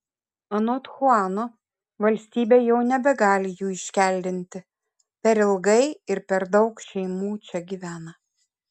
anot chuano valstybė jau nebegali jų iškeldinti per ilgai ir per daug šeimų čia gyvena